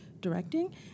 directing